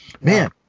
man